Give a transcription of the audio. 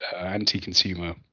anti-consumer